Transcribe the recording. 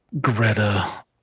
greta